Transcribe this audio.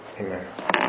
Amen